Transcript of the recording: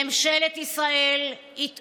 ממשלת ישראל, התעוררי,